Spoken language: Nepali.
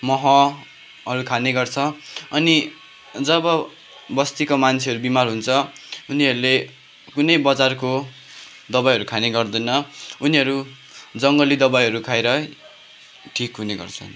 महहरू खाने गर्छ अनि जब बस्तीको मान्छेहरू बिमार हुन्छ उनीहरूले कुनै बजारको दबाईहरू खाने गर्दैन उनीहरू जङ्गली दबाईहरू खाएरै ठिक हुने गर्छन्